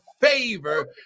favor